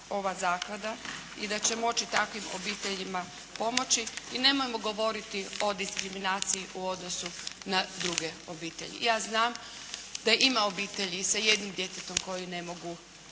ova zaklada i da će moći takvim obiteljima pomoći, i nemojmo govoriti o diskriminaciji u odnosu na druge obitelji. Ja znam da ima obitelji sa jednim djetetom koje ne mogu